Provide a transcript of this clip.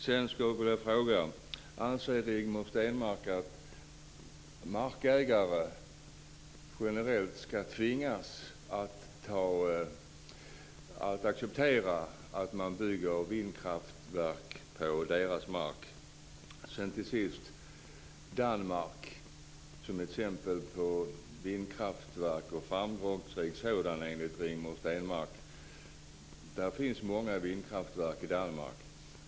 Till sist vill jag ta upp Danmark som exempel när det gäller vindkraftverk, ett framgångsrikt sådant enligt Rigmor Stenmark. Det finns många vindkraftverk i Danmark.